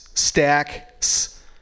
Stacks